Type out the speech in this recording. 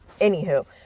anywho